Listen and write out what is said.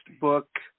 book